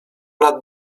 lat